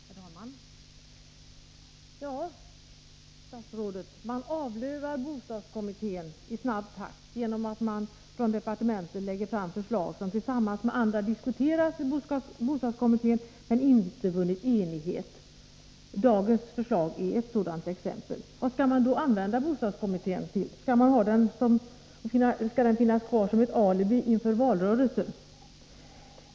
Herr talman! Ja, statsrådet, man avlövar bostadskommittén i snabb takt genom att departementet lägger fram förslag som tillsammans med andra har diskuterats i bostadskommittén men inte vunnit enighet. Dagens förslag är ett sådant exempel. Vad skall man då använda bostadskommittén till? Skall den finnas kvar som ett alibi inför valrörelsen?